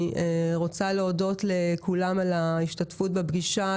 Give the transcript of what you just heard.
אני רוצה להודות לכולם על ההשתתפות בפגישה,